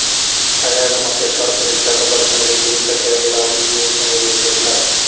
ಹಳ್ಳಾಗ ಮತ್ತ ಶಹರ ಪ್ರದೇಶದಾಗ ಬಡತನ ರೇಖೆಗಿಂತ ಕೆಳ್ಗ್ ಇರಾವ್ರು ಈ ಯೋಜ್ನೆಗೆ ಯೋಗ್ಯ ಇರ್ತಾರ